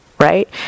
right